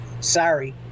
Sorry